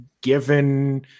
given